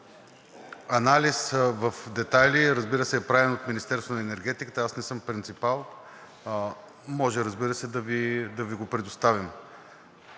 анализ в детайли, разбира се, е правен от Министерството на енергетиката. Аз не съм принципал, но можем, разбира се, да Ви го предоставим.